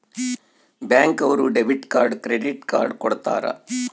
bank ಅವ್ರು debit card credit card ಕೊಡ್ತಾರ